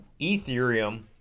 Ethereum